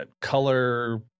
color